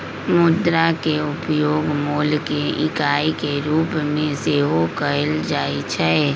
मुद्रा के उपयोग मोल के इकाई के रूप में सेहो कएल जाइ छै